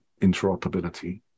interoperability